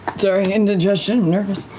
sorry, indigestion, nervous.